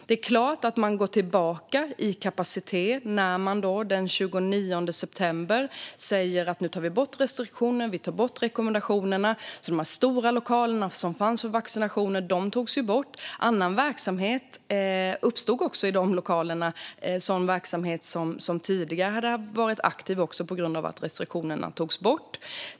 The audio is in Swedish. Det är klart att de går tillbaka i kapacitet när man den 29 september säger att restriktionerna och rekommendationerna tas bort. De stora lokaler för vaccination som fanns togs bort, och annan verksamhet som tidigare funnits där återupptogs på grund av att restriktionerna togs bort.